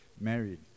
married